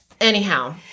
Anyhow